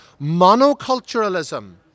Monoculturalism